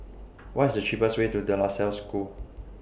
What IS The cheapest Way to De La Salle School